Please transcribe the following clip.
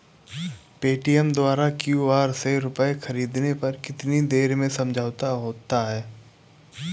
Paytm द्वारा QR से रूपए ख़रीदने पर कितनी देर में समझौता होता है?